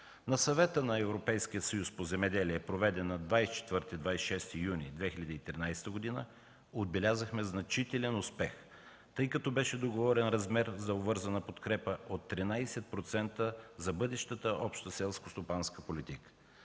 На Съвета на Европейския съюз по земеделие, проведен на 24 26 юни 2013 г., отбелязахме значителен успех, тъй като беше договорен размер за обвързана подкрепа от 13% за бъдещата обща селскостопанска политика.